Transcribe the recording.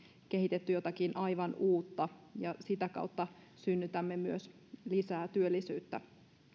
kehitetty jotakin aivan uutta sitä kautta synnytämme myös lisää työllisyyttä